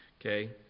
Okay